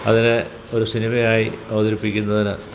അതിനെ ഒരു സിനിമയായി അവതരിപ്പിക്കുന്നതിന്